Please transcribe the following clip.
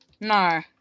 No